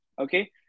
Okay